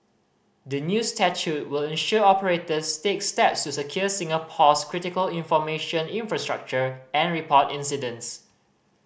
the new statute will ensure operators stake steps to secure Singapore's critical information infrastructure and report incidents